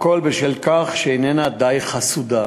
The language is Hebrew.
הכול בשל כך שאיננה די חסודה.